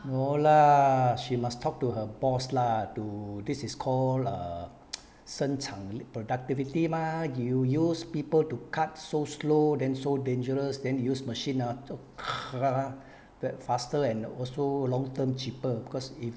no lah she must talk to her boss lah to this is called err 深层 productivity mah you use people to cut so slow then so dangerous then use machine ah to cut that faster and also long term cheaper because if